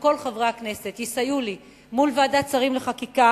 שכל חברי הכנסת יסייעו לי מול ועדת שרים לחקיקה,